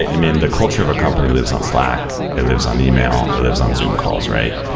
i mean, the culture of a company lives on slack. it lives on email. it lives on zoom calls, right?